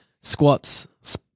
squats